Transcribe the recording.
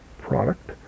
product